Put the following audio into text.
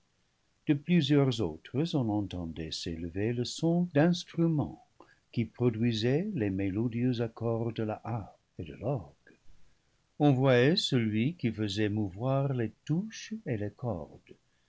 de plusieurs autres on entendait s'élever le son d'instruments qui produisaient les mélodieux accords de la harpe et de l'orgue on voyait celui qui faisait mouvoir les touches et les cordes